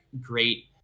great